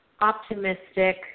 optimistic